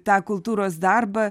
tą kultūros darbą